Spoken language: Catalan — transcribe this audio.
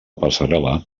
passarel·la